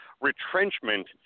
retrenchment